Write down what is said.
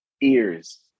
ears